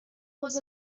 was